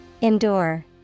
Endure